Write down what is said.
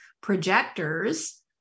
projectors